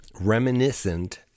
reminiscent